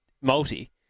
multi